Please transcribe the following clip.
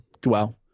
dwell